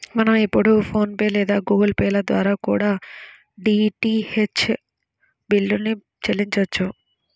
మనం ఇప్పుడు PhonePe లేదా గుగుల్ పే ల ద్వారా కూడా డీటీహెచ్ బిల్లుల్ని చెల్లించొచ్చు